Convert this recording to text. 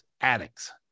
addicts